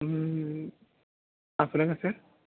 ஆ சொல்லுங்கள் சார்